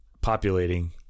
populating